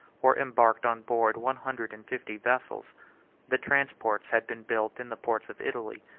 were embarked on board one hundred and fifty vessels the transports had been built in the ports of italy,